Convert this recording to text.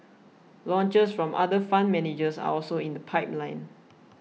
launches from other fund managers are also in the pipeline